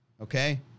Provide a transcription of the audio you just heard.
okay